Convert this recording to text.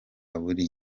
buri